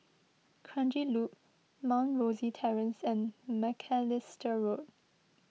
Kranji Loop Mount Rosie Terrace and Macalister Road